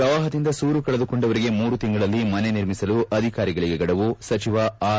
ಪ್ರವಾಪದಿಂದ ಸೂರು ಕಳೆದುಕೊಂಡವರಿಗೆ ಮೂರು ತಿಂಗಳಲ್ಲಿ ಮನೆ ನಿರ್ಮಿಸಲು ಅಧಿಕಾರಿಗಳಿಗೆ ಗಡುವು ಸಚಿವ ಆರ್